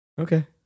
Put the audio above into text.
Okay